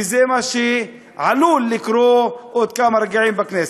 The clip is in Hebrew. וזה מה שעלול לקרות עוד כמה רגעים בכנסת.